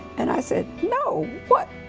and i said, no, what?